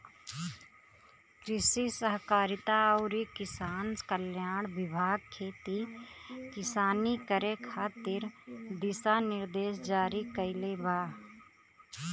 कृषि सहकारिता अउरी किसान कल्याण विभाग खेती किसानी करे खातिर दिशा निर्देश जारी कईले बा